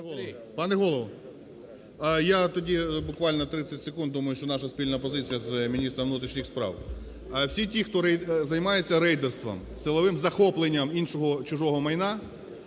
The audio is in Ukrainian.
Пане Голово! Я тоді буквально 30 секунд, думаю, що наша спільна позиція з міністром внутрішніх справ. Всі ті, хто займається рейдерством, силовим захопленням іншого, чужого майна,